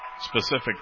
specific